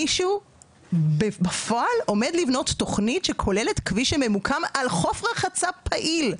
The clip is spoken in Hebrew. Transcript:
מישהו בפועל עומד לבנות תוכנית שכוללת כביש שממוקם על חוף רחצה פעיל,